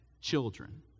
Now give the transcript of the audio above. children